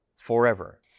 forever